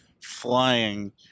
flying